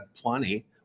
plenty